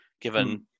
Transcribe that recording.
given